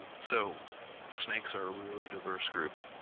so snakes are really diverse group.